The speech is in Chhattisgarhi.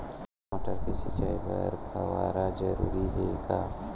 टमाटर के सिंचाई बर फव्वारा जरूरी हे का?